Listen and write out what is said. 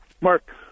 Mark